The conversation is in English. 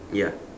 ya